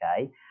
okay